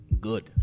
Good